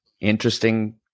interesting